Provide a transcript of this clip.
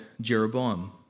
Jeroboam